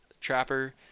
trapper